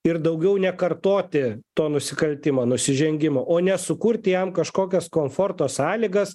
ir daugiau nekartoti to nusikaltimo nusižengimo o ne sukurti jam kažkokias komforto sąlygas